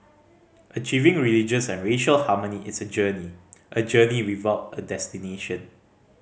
achieving religious and racial harmony is a journey a journey without a destination